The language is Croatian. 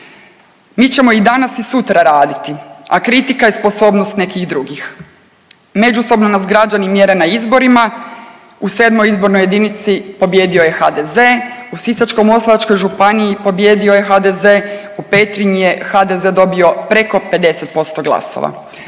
Mi ćemo i danas i sutra raditi, a kritika je sposobnost nekih drugih. Međusobno nas građani mjere na izborima. U sedmoj izbornoj jedinici pobijedio je HDZ, u Sisačko-moslavačkoj županiji pobijedio je HDZ, u Petrinji je HDZ dobio preko 50% glasova.